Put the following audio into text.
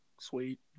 sweet